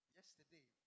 Yesterday